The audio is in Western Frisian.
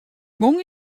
gong